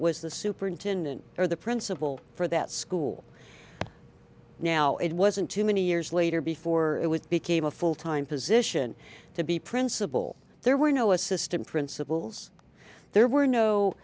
was the superintendent or the principal for that school now it wasn't too many years later before it was became a full time position to be principal there were no assistant principals there were no